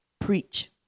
preach